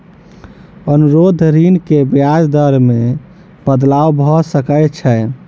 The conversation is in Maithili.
अनुरोध ऋण के ब्याज दर मे बदलाव भ सकै छै